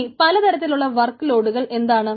ഇനി പലതരത്തിലുള്ള വർക്ക് ലോഡുകൾ എന്താണ്